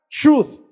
truth